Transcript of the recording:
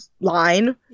line